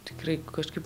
tikrai kažkaip